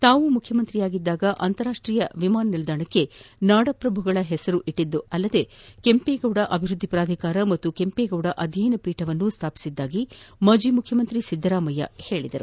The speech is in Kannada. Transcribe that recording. ತಾವು ಮುಖ್ಯಮಂತ್ರಿಯಾಗಿದ್ದಾಗ ಅಂತಾರಾಷ್ವೀಯ ವಿಮಾನ ನಿಲ್ದಾಣಕ್ಕೆ ನಾಡಪ್ರಭುಗಳ ನಾಮಕರಣ ಮಾಡಿದಷ್ಟೇ ಅಲ್ಲ ಕೆಂಪೇಗೌಡ ಅಭಿವೃದ್ಧಿ ಪ್ರಾಧಿಕಾರ ಮತ್ತು ಕೆಂಪೇಗೌಡ ಅಧ್ಯಯನ ಪೀಠವನ್ನೂ ಸ್ಥಾಪಿಸಿರುವುದಾಗಿ ಮಾಜಿ ಮುಖ್ಯಮಂತ್ರಿ ಸಿದ್ದರಾಮಯ್ಯ ಹೇಳಿದರು